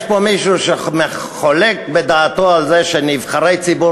יש פה מישהו שחולק על זה שנבחרי ציבור